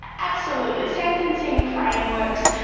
absolutely, sentencing frameworks.